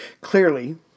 clearly